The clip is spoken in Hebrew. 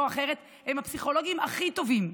או אחרת הם הפסיכולוגים הכי טובים,